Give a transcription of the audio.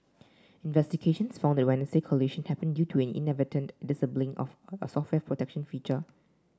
investigations found collision happened due to the inadvertent disabling of a software protection feature